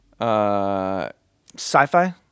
Sci-fi